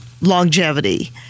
longevity